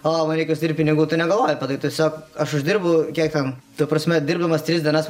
o variklis ir pinigų tu negalvoji apie tai tiesiog aš uždirbu kiek ten ta prasme dirbdamas tris dienas